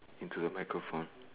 into the microphone